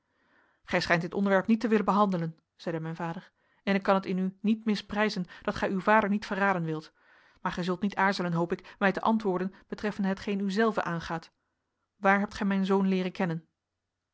gij schijnt dit onderwerp niet te willen behandelen zeide mijn vader en ik kan het in u niet misprijzen dat gij uw vader niet verraden wilt maar gij zult niet aarzelen hoop ik mij te antwoorden betreffende hetgene u zelve aangaat waar hebt gij mijn zoon leeren kennen